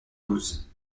douze